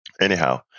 Anyhow